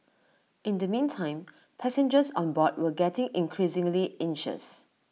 in the meantime passengers on board were getting increasingly anxious